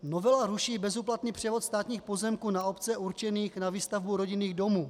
Novela ruší bezúplatný převod státních pozemků na obce určených na výstavbu rodinných domů.